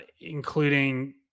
including